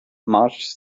marge